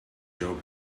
job